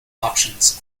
auctions